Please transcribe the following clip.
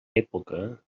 època